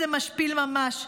זה משפיל ממש,